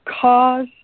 Cause